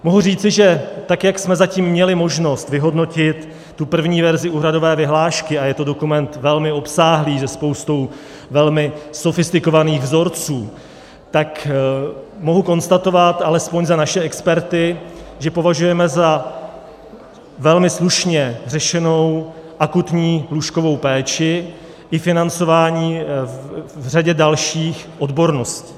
Mohu říci, že tak jak jsme zatím měli možnost vyhodnotit tu první verzi úhradové vyhlášky, a je to dokument velmi obsáhlý se spoustou velmi sofistikovaných vzorců, tak mohu konstatovat alespoň za naše experty, že považujeme za velmi slušně řešenou akutní lůžkovou péči i financování v řadě dalších odborností.